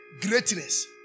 Greatness